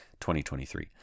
2023